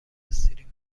استریم